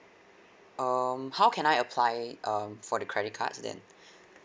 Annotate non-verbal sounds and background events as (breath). um how can I apply um for the credit cards then (breath)